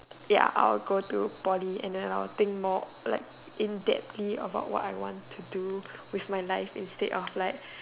ya I would go to Poly and then I will think more like in depth about what I want to do with my life instead of like